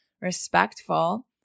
respectful